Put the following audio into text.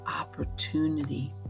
opportunity